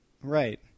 Right